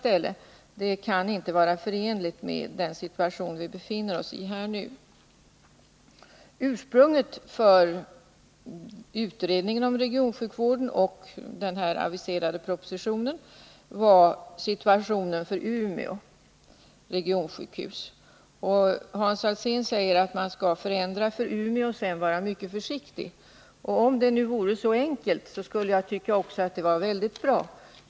Det är inte förenligt med den situation, som vi befinner oss i nu. Ursprunget till utredningen om regionsjukvården och den aviserade propositionen var situationen för Umeå regionsjukhus. Hans Alsén säger att man skall förändra för Umeå och sedan vara mycket försiktig. Om det vore så enkelt, skulle jag tycka att det vore väldigt bra.